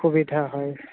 সুবিধা হয়